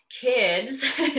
kids